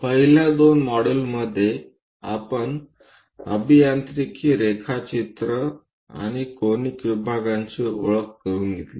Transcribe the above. पहिल्या दोन मॉड्यूलमध्ये आपण अभियांत्रिकी रेखाचित्र आणि कोनिक विभागांची ओळख करुन घेतली